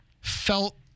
Felt